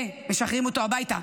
ומשחררים אותו הביתה,